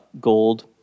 gold